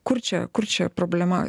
kur čia kur čia problema